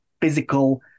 physical